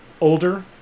older